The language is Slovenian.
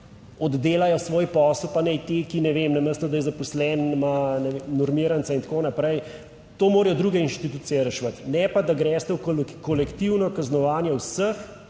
oddelajo svoj posel, pa naj ti, ki, ne vem, namesto, da je zaposlen, ima normirance in tako naprej, to morajo druge inštitucije reševati, ne pa da greste v kolektivno kaznovanje vseh,